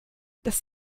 das